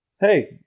hey